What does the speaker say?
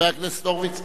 חבר הכנסת הורוביץ.